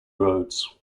roads